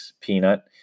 Peanut